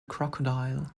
crocodile